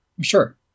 Sure